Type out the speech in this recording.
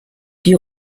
die